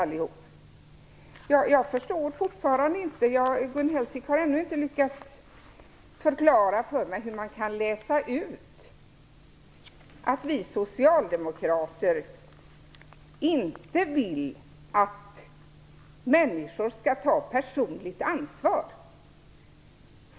Gun Hellsvik har ännu inte lyckats förklara för mig hur man kan läsa ut att vi socialdemokrater inte vill att människor skall ta personligt ansvar.